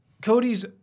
Cody's